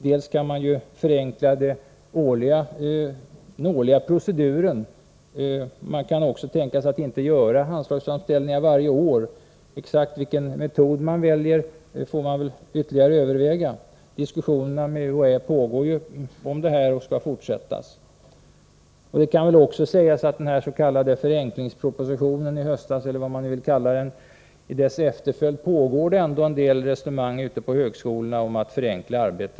Dels kan man förenkla den årliga proceduren, dels kan man tänka sig att inte göra anslagsframställningar varje år. Exakt vilken metod som bör väljas får man ytterligare överväga. Diskussioner med UHÄ om detta pågår och skall fortsätta. I höstas lades dens.k. förenklingspropositionen, eller vad man nu vill kalla den, fram. I dess efterföljd pågår en del resonemang ute på högskolorna om att förenkla arbetet.